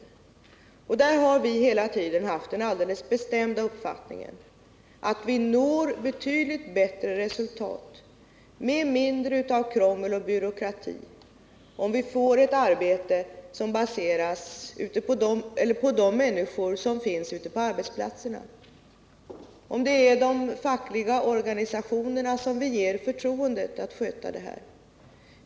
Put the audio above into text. Vi socialdemokrater har hela tiden haft den alldeles bestämda uppfattningen att man når betydligt bättre resultat, med mindre av krångel och byråkrati, om jämställdhetsarbetet baseras på de människor som finns ute på arbetsplatserna, om vi ger de fackliga organisationerna förtroendet att sköta det här.